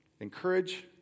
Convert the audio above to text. encourage